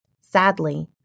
Sadly